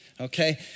okay